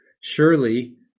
Surely